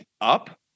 up